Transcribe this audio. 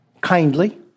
Kindly